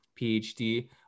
PhD